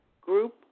group